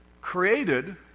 created